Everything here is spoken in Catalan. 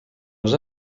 els